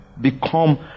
become